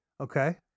Okay